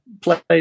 played